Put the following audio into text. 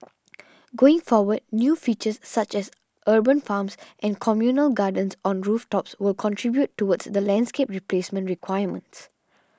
going forward new features such as urban farms and communal gardens on rooftops will contribute towards the landscape replacement requirements